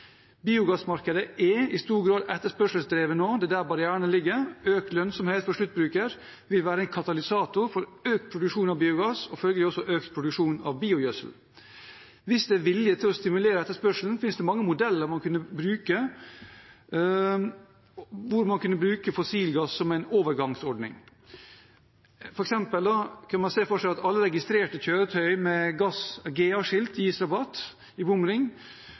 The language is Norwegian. Biogassmarkedet er i stor grad etterspørselsdrevet nå, det er der barrierene ligger. Økt lønnsomhet for sluttbruker vil være en katalysator for økt produksjon av biogass og følgelig også økt produksjon av biogjødsel. Hvis det er vilje til å stimulere etterspørselen, finnes det mange modeller man kunne bruke, hvor man kunne bruke fossil gass som en overgangsordning. For eksempel kunne man da se for seg at alle registrerte kjøretøy med GA-skilt gis rabatt i bomring.